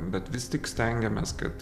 bet vis tik stengiamės kad